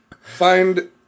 find